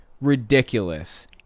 ridiculous